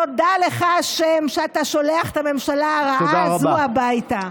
תודה לך ה' שאתה שולח את הממשלה הרעה הזו הביתה.